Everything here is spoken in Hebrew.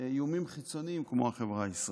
איומים חיצוניים כמו החברה הישראלית.